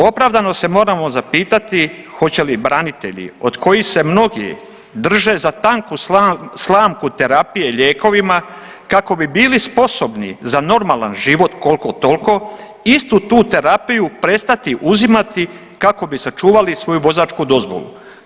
Opravdano se moramo zapitati hoće li branitelji od kojih se mnogi drže za tanku slamku terapije lijekovima kako bi bili sposobni za normalan život koliko toliko istu tu terapiju prestati uzimati kako bi sačuvali svoju vozačku dozvolu.